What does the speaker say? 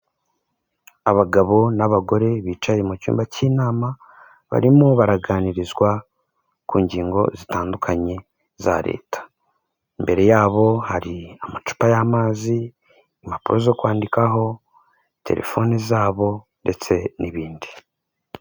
Abagabo n'abagore bicaye mu cyumba cy'inama barimo baraganirizwa ku ngingo zitandukanye za leta imbere yabo hari amacupa y'amazi, impapuro zo kwandikaho telefoni zabo ndetse n'ibindi